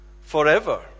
forever